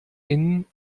innen